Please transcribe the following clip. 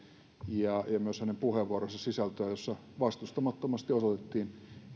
ja myös hänen puheenvuoronsa sisältöä jossa vastustamattomasti osoitettiin